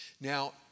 Now